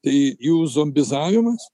tai jų zombizavimas